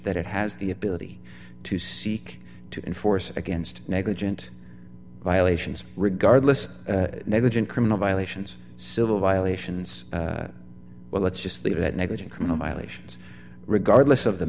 that it has the ability to seek to enforce against negligent violations regardless negligent criminal violations civil violations well let's just leave it at negligent criminal violations regardless of the